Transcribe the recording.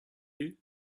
you